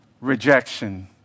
rejection